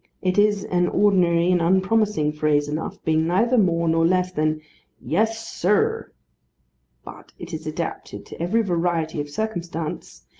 it is an ordinary and unpromising phrase enough, being neither more nor less than yes, sir but it is adapted to every variety of circumstance,